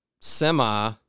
semi-